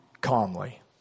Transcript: calmly